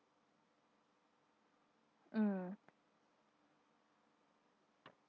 mm